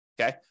Okay